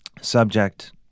Subject